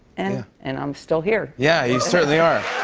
and and i'm still here. yeah, you certainly are.